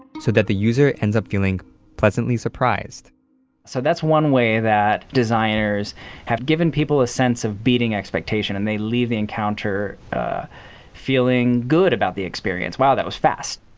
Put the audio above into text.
so that the user ends up feeling pleasantly surprised so, that's one way that designers have given people a sense of beating expectation and they leave the encounter feeling good about the experience. wow, that was fast.